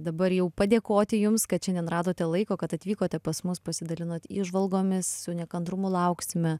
dabar jau padėkoti jums kad šiandien radote laiko kad atvykote pas mus pasidalinot įžvalgomis su nekantrumu lauksime